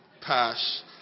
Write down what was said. pass